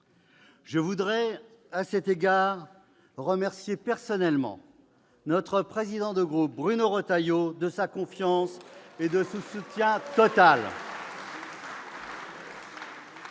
Je voudrais à cet égard remercier personnellement notre président de groupe, Bruno Retailleau, de sa confiance et de son soutien total.